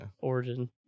Origin